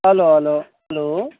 hello hello hello